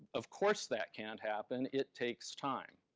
of course, that can't happen, it takes time.